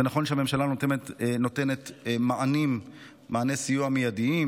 זה נכון שהממשלה נותנת מעני סיוע מיידיים